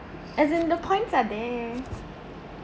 as in the points are there